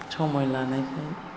समय लानायखाय